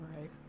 Right